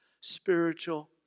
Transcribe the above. spiritual